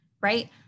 right